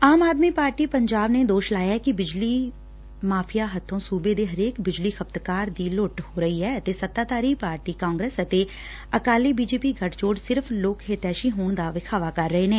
ਆਮ ਆਦਮੀ ਪਾਰਟੀ ਪੰਜਾਬ ਨੇ ਦੋਸ਼ ਲਾਇਐ ਕਿ ਬਿਜਲੀ ਮਾਫੀਆ ਹੱਬੋ ਸੁਬੇ ਦੇ ਹਰੇਕ ਬਿਜਲੀ ਖੁਪਤਕਾਰ ਦੀ ਲੁੱਟ ਹੋ ਰਹੀ ਐ ਅਤੇ ਸੱਤਾਧਾਰ ਪਾਰਟੀ ਕਾਂਗਰਸ ਅਤੇ ਅਕਾਲੀ ਬੀਜੇਪੀ ਗਠਜੋੜ ਸਿਰਫ਼ ਲੱਕ ਹਿਤੈਸ਼ੀ ਹੋਣ ਦਾ ਵਿਖਾਵਾ ਕਰ ਰਹੇ ਨੇ